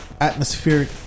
atmospheric